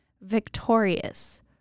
victorious